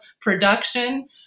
production